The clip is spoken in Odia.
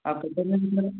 ଆଉ କେତେ ଦିନ